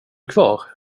kvar